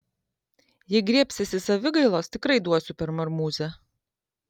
jei griebsiesi savigailos tikrai duosiu per marmūzę